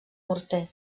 morter